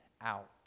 out